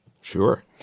Sure